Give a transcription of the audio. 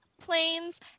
Planes